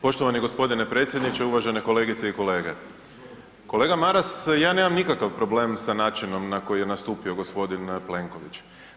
Poštovani gospodine predsjedniče, uvažene kolegice i kolege, kolega Maras ja nemam nikakav problem sa načinom na koji je nastupio gospodin Plenković.